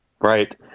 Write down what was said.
right